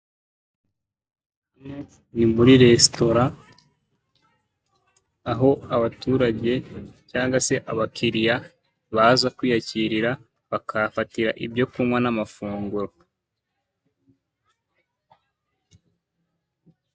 Hano ni muri resitora, aho abaturage cyangwa se abakiriya baza kwiyakirira, bakahafatira ibyo kunywa n'amafunguro.